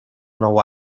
nou